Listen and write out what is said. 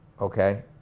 okay